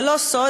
זה לא סוד,